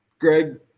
Greg